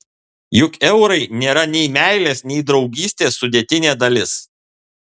juk eurai nėra nei meilės nei draugystės sudėtinė dalis